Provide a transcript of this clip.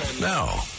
Now